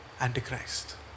Antichrist